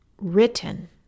written